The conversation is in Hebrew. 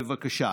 בבקשה.